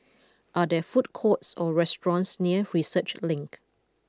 are there food courts or restaurants near Research Link